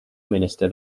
minister